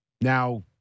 now